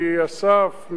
מאסף,